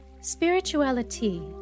Spirituality